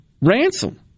ransom